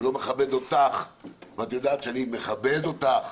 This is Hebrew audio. ולא מכבד אותך ואת יודעת שאני מכבד אותך